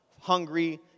hungry